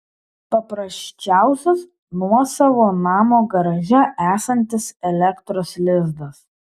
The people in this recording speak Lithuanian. paprasčiausias nuosavo namo garaže esantis elektros lizdas